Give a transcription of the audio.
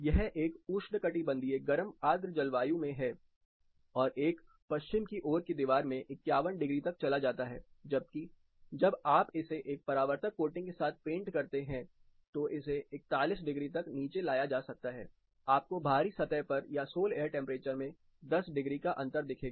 यह एक उष्णकटिबंधीय गर्म आर्द्र जलवायु में है और पश्चिम की ओर की दीवार में 51 डिग्री तक चला जाता है जबकि जब आप इसे एक परावर्तक कोटिंग के साथ पेंट करते हैं तो इसे 41 डिग्री तक नीचे लाया जा सकता है आपको बाहरी सतह पर या सोल एयर टेंपरेचर में 10 डिग्री का अंतर दिखेगा